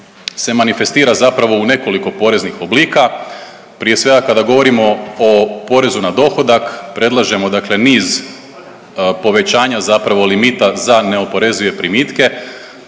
se manifestira zapravo u nekoliko poreznih oblika. Prije svega kada govorimo o porezu na dohodak predlažemo dakle niz povećanja zapravo limita za neoporezive primitke,